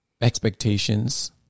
expectations